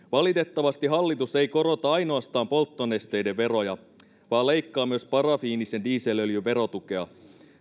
valitettavasti hallitus ei ainoastaan korota polttonesteiden veroja vaan myös leikkaa parafiinisen dieselöljyn verotukea